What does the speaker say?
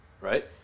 right